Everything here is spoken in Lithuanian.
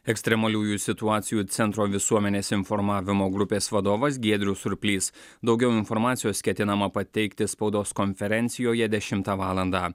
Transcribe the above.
ekstremaliųjų situacijų centro visuomenės informavimo grupės vadovas giedrius surplys daugiau informacijos ketinama pateikti spaudos konferencijoje dešimtą valandą